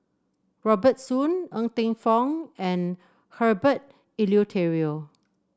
Robert Soon Ng Teng Fong and Herbert Eleuterio